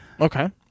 Okay